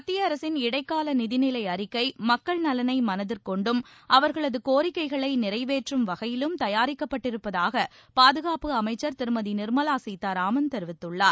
மத்திய அரசின் இடைக்கால நிதிநிலை அறிக்கை மக்கள் நலனை மனதிற்கொண்டும் அவர்களது கோரிக்கைகளை நிறைவேற்றும் வகையிலும் தயாரிக்கப்பட்டிருப்பதாக பாதுகாப்பு அமைச்சர் திருமதி நிர்மலா சீதாராமன் தெரிவித்துள்ளார்